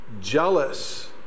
jealous